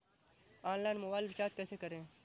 Online mobile recharge कैसे करें?